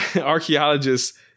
archaeologists